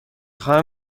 خواهم